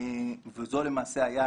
וזה למעשה היה